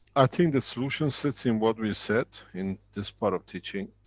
i think the solution sits in what we said in this part of teaching.